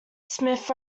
smith